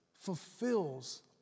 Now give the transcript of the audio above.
fulfills